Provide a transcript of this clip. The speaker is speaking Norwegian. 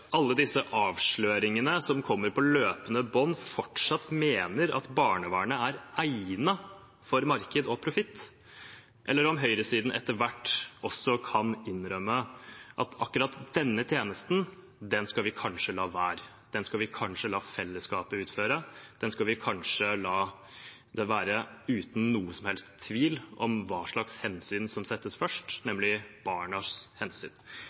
alle disse avsløringene som kommer på løpende bånd, fortsatt mener at barnevernet er egnet for marked og profitt, eller om høyresiden etter hvert kan innrømme at akkurat denne tjenesten skal vi kanskje la være, den skal vi kanskje la fellesskapet utføre. Den skal vi kanskje la være – uten noen som helst tvil om hva slags hensyn som settes først,